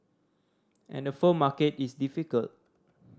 and the phone market is difficult